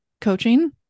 coaching